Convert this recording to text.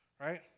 right